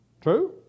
True